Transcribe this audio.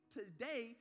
today